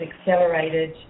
accelerated